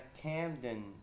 Camden –